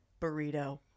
burrito